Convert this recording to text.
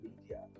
Media